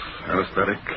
anesthetic